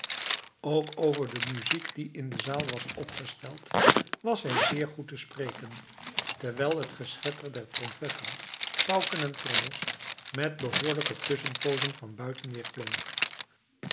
ook over de muziek die in de zaal was opgesteld was hij zeer goed te spreken terwijl het geschetter der trompetten pauken en trommels met behoorlijke tusschenpoozen van